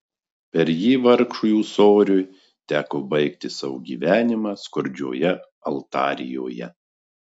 per jį vargšui ūsoriui teko baigti savo gyvenimą skurdžioje altarijoje